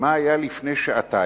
מה היה לפני שעתיים,